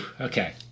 Okay